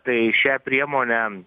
tai šią priemonę